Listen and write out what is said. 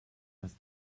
das